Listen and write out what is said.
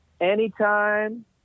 anytime